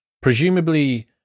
Presumably